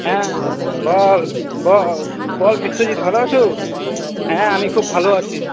হ্যাঁ বল বল বিশ্বজিৎ ভালো আছো হ্যাঁ আমি খুব ভালো আছি